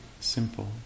simple